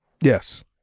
Yes